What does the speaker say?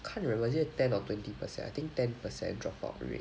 can't remember is it ten or twenty percent I think ten percent drop out rate